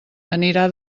anirà